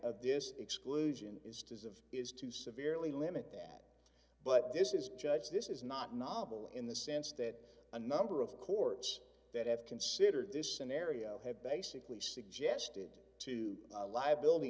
d this exclusion is does of is to severely limit that but this is judge this is not novel in the sense that a number of courts that have considered this scenario have basically suggested to liability